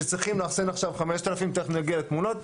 שצריכים לאחסן עכשיו 5,000. תכף נגיע לתמונות.